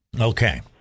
okay